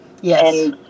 Yes